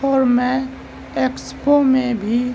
اور میں ایکسپو میں بھی